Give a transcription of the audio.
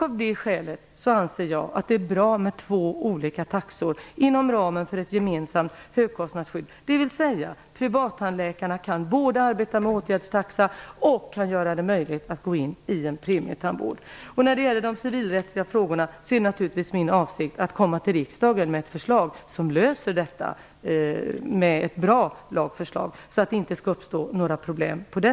Av det skälet anser jag att det är bra med två olika taxor, inom ramen för ett gemensamt högkostnadsskydd, dvs. att privattandläkarna både kan ha åtgärdstaxa och gå in i en premietandvård. När det gäller de civilrättsliga frågorna är det naturligtvis min avsikt att komma till riksdagen med ett bra förslag som gör att man löser problemen, så att det inte skall uppstå några problem där.